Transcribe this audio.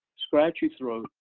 scratchy throat,